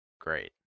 great